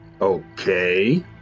okay